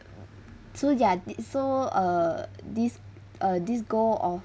so their d~ so err this uh this goal of